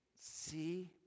See